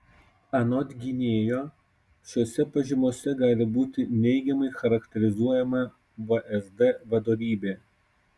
anot gynėjo šiose pažymose gali būti neigiamai charakterizuojama vsd vadovybė